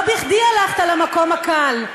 לא בכדי הלכת למקום הקל,